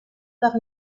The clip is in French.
par